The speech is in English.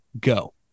go